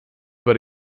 but